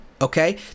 Okay